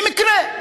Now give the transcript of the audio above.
במקרה,